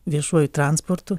viešuoju transportu